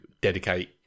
dedicate